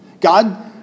God